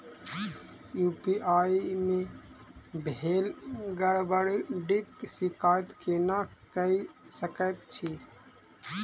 UPI मे भेल गड़बड़ीक शिकायत केना कऽ सकैत छी?